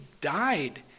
died